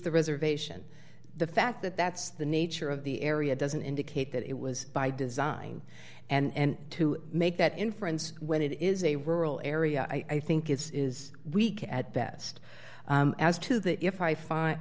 the reservation the fact that that's the nature of the area doesn't indicate that it was by design and to make that inference when it is a rural area i think it's is weak at best as to that if i find